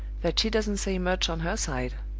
that she doesn't say much on her side.